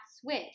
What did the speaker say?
switch